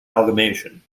amalgamation